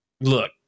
look